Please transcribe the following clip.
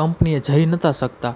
કંપનીએ જઈ નહોતા શકતા